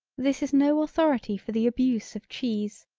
this is no authority for the abuse of cheese.